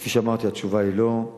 אז כפי שאמרתי, התשובה היא לא.